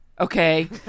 Okay